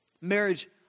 marriage